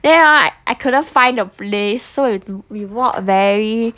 then hor I couldn't find the place so have to we walk very